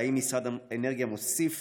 והאם משרד האנרגיה מוסיף